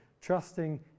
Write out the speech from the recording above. trusting